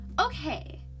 Okay